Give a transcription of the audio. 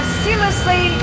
seamlessly